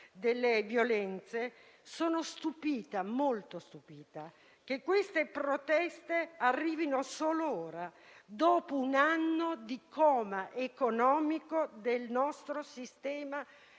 sono molto stupita che queste proteste arrivino solo ora, dopo un anno di coma economico del nostro sistema produttivo,